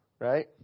Right